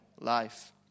life